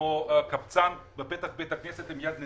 כמו קבצן בפתח בית הכנסת עם יד נטויה.